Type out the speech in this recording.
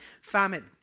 famine